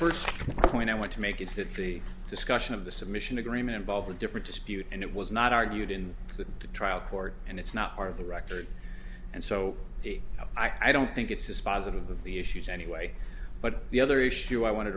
first point i want to make is that the discussion of the submission agreement all the different dispute and it was not argued in the trial court and it's not part of the record and so i don't think it's dispositive of the issues anyway but the other issue i wanted